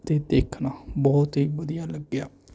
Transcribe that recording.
ਅਤੇ ਦੇਖਣਾ ਬਹੁਤ ਹੀ ਵਧੀਆ ਲੱਗਿਆ